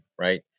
right